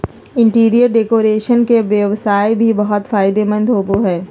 interior decoration के व्यवसाय भी बहुत फायदेमंद होबो हइ